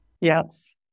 Yes